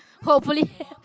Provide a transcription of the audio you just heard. hopefully